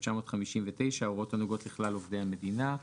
התשי"ט-1959 ההוראות הנוגעות לכלל עובדי המדינה,